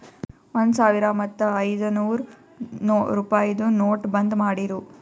ಒಂದ್ ಸಾವಿರ ಮತ್ತ ಐಯ್ದನೂರ್ ರುಪಾಯಿದು ನೋಟ್ ಬಂದ್ ಮಾಡಿರೂ